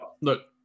look